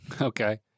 Okay